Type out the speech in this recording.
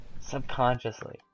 Subconsciously